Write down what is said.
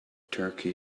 turkey